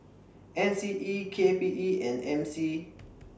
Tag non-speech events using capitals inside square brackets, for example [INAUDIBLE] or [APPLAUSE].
M C E K P E and M C [NOISE]